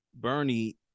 Bernie